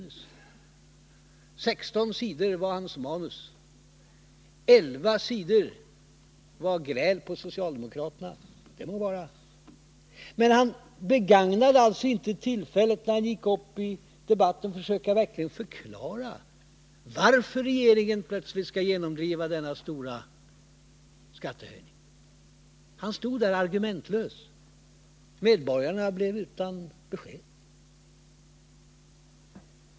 Hans manus omfattade 16 sidor, varav 11 utgjordes av gräl på socialdemokraterna. När han gick upp i debatten begagnade han vidare inte detta tillfälle till att verkligen förklara varför regeringen nu plötsligt skall försöka driva igenom de stora skattehöjningar som det gäller. Han stod där argumentlös, och medborgarna blev utan besked.